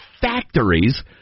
factories